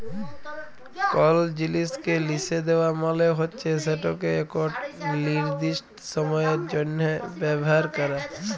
call জিলিসকে লিসে দেওয়া মালে হচ্যে সেটকে একট লিরদিস্ট সময়ের জ্যনহ ব্যাভার ক্যরা